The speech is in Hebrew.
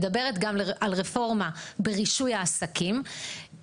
מדברת גם על רפורמה ברישוי העסקים,